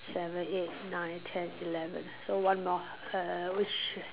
seven eight nine ten eleven so one more err which